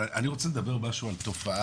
אבל, אני רוצה לדבר משהו על תופעה